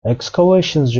excavations